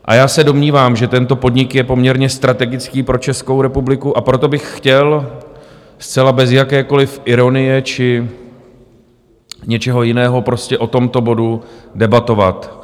A já se domnívám, že tento podnik je poměrně strategický pro Českou republiku, a proto bych chtěl zcela bez jakékoli ironie či něčeho jiného prostě o tomto bodu debatovat.